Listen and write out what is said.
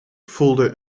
voelde